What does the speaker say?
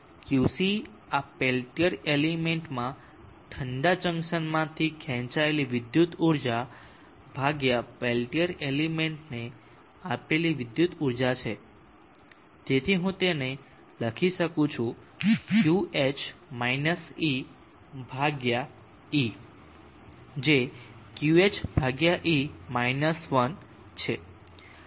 Qc આ Peltier એલિમેન્ટમાં ઠંડા જંકશનમાંથી ખેંચાયેલી વિદ્યુત ઉર્જા ભાગ્યા પેલ્ટીઅર એલિમેન્ટને આપેલી વિદ્યુત ઉર્જા છે અથવા હું તેને લખી શકું છું E જે Qh E 1 છે